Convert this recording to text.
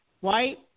white